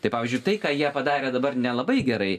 tai pavyzdžiui tai ką jie padarė dabar nelabai gerai